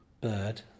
bird